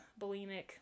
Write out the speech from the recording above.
bulimic